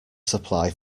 supply